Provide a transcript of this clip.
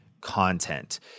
content